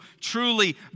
truly